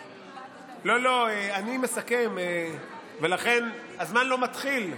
לא, לא, אני מסכם, ולכן הזמן לא מתחיל.